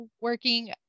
working